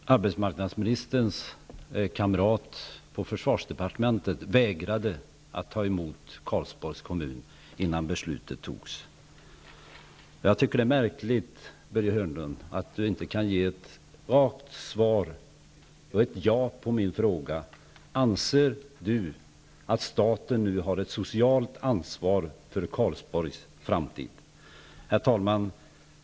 Herr talman! Arbetsmarknadsministerns kamrat på försvarsdepartementet vägrade att ta emot Karlsborgs kommun innan beslutet togs. Det är märkligt att Börje Hörnlund inte kan ge ett rakt svar, ett ja, på min fråga: Anser Börje Hörnlund att staten nu har ett socialt ansvar för Karlsborgs framtid? Herr talman!